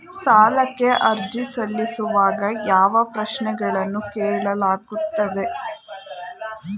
ಸಾಲಕ್ಕೆ ಅರ್ಜಿ ಸಲ್ಲಿಸುವಾಗ ಯಾವ ಪ್ರಶ್ನೆಗಳನ್ನು ಕೇಳಲಾಗುತ್ತದೆ?